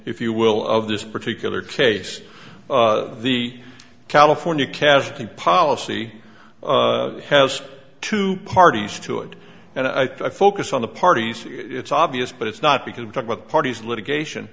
if you will of this particular case the california casting policy has two parties to it and i focus on the parties it's obvious but it's not because we talk about parties litigation